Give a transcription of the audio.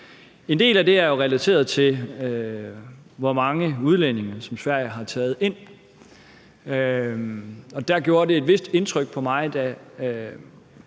En del af det er jo relateret til, hvor mange udlændinge Sverige har taget ind. Der gjorde et vist indtryk på mig, da